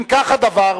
אם כך הדבר,